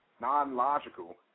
non-logical